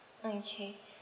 okay